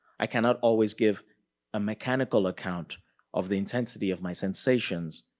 i cannot always give a mechanical account of the intensity of my sensations.